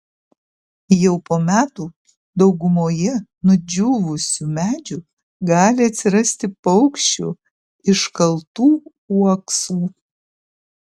jau po metų daugumoje nudžiūvusių medžių gali atsirasti paukščių iškaltų uoksų